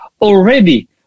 already